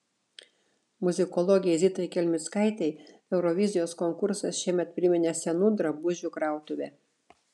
muzikologei zitai kelmickaitei eurovizijos konkursas šiemet priminė senų drabužių krautuvę